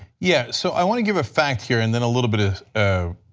yeah so i want to give effect here and then a little bit of